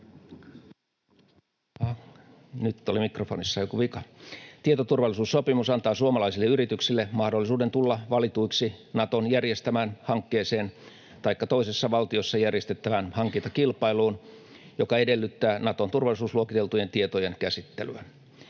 Tietoturvallisuussopimus antaa suomalaisille yrityksille mahdollisuuden tulla valituiksi Naton järjestämään hankkeeseen taikka toisessa valtiossa järjestettävään hankintakilpailuun, joka edellyttää Naton turvallisuusluokiteltujen tietojen käsittelyä.